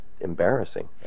embarrassing